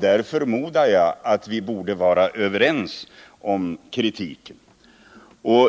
Därför förmodar jag att vi kan vara överens om kritiken.